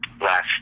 last